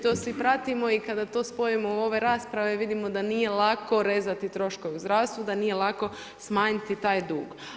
To svi pratimo i kada to spojimo u ove rasprave vidimo da nije lako rezati troškove u zdravstvu, da nije lako smanjiti taj dug.